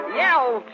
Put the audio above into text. yell